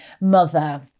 mother